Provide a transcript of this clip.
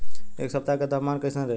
एह सप्ताह के तापमान कईसन रही?